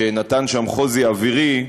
שנתן שם חוזי אווירי,